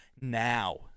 now